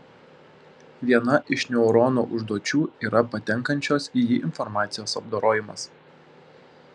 viena iš neurono užduočių yra patenkančios į jį informacijos apdorojimas